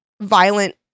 violent